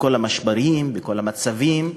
בכל המשברים ובכל המצבים,